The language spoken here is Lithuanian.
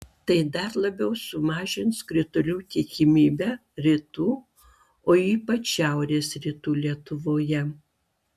tai dar labiau sumažins kritulių tikimybę rytų o ypač šiaurės rytų lietuvoje